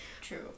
True